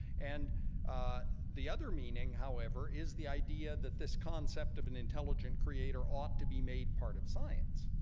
and the other meaning, however, is the idea that this concept of an intelligent creator ought to be made part of science,